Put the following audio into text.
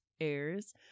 airs